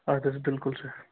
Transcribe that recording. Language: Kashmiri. اَد حظ بِلکُل سَر